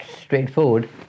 Straightforward